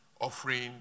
Offering